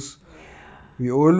ya